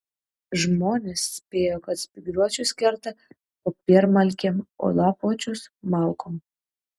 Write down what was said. žmonės spėjo kad spygliuočius kerta popiermalkėm o lapuočius malkom